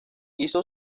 hizo